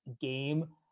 game